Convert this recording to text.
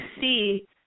see